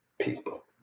people